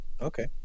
Okay